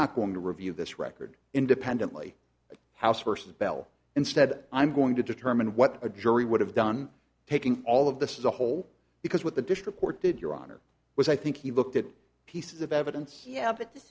going to review this record independently house versus bell instead i'm going to determine what a jury would have done taking all of this is a hole because what the district court did your honor was i think he looked at pieces of evidence yeah but